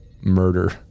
murder